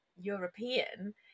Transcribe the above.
European